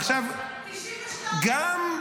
עכשיו, גם,